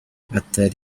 batera